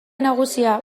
nagusia